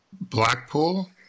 Blackpool